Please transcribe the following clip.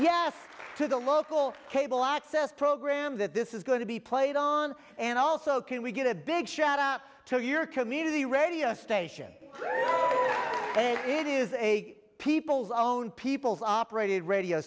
yes to the local cable access program that this is going to be played on and also can we get a big shot up to your community radio station it is a people's own people's operated radio